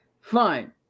fine